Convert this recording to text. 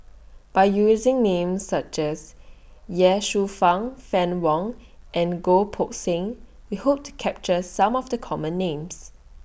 By using Names such as Ye Shufang Fann Wong and Goh Poh Seng We Hope to capture Some of The Common Names